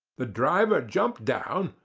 the driver jumped down,